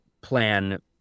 plan